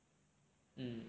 mm